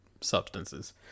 substances